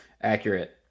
Accurate